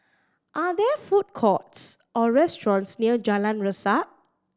are there food courts or restaurants near Jalan Resak